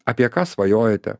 apie ką svajojate